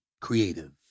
creative